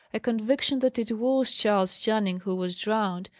a conviction that it was charles channing who was drowned,